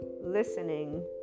listening